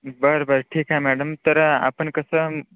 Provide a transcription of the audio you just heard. बरं बरं ठीक आहे मॅडम तर आपण कसं